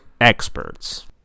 experts